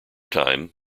time